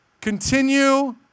continue